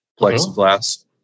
plexiglass